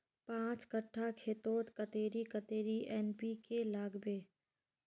पाँच कट्ठा खेतोत कतेरी कतेरी एन.पी.के के लागबे?